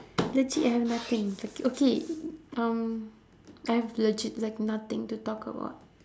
legit I have nothing like okay um I have legit like nothing to talk about